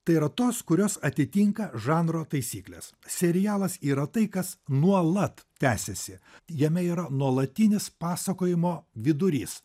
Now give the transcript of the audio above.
tai yra tos kurios atitinka žanro taisykles serialas yra tai kas nuolat tęsiasi jame yra nuolatinis pasakojimo vidurys